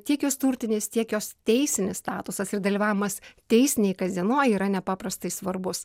tiek jos turtinis tiek jos teisinis statusas ir dalyvavimas teisinėj kasdienoj yra nepaprastai svarbus